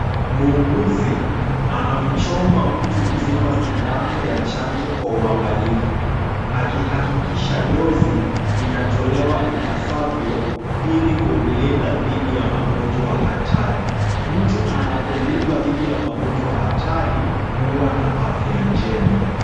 Muuguzi anamchoma mtu mzima sindano ya chanjo kwa uangalifu, akihakikisha dose inatolewa ipasavyo, ili kumlinda dhidi ya magonjwa hatari. Mtu anapolindwa dhidi ya magonjwa hatari, huwa na afya njema.